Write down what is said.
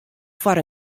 foar